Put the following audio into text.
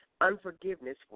unforgiveness